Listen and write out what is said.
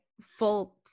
Full-